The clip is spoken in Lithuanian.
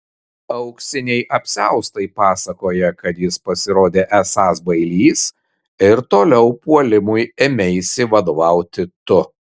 auksiniai apsiaustai pasakoja kad jis pasirodė esąs bailys ir toliau puolimui ėmeisi vadovauti tu